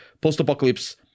post-apocalypse